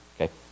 Okay